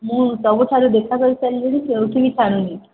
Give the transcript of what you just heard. ମୁଁ ସବୁଠାରୁ ଦେଖା କରିସାରିଲିଣି କେଉଁଠିବି ଛାଡ଼ୁନି